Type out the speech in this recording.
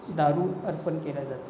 दारू अर्पण केल्या जाते